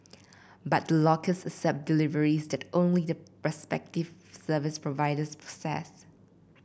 but the lockers accept deliveries that only the respective service providers process